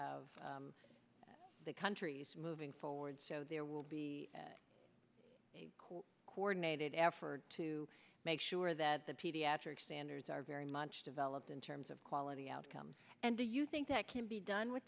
of the country's moving forward so there will be a coordinated effort to make sure that the pediatric standards are very much developed in terms of quality outcomes and do you think that can be done with